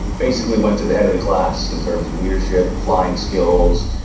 basically went to the head of the class in terms of leadership, flying skills,